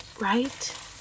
right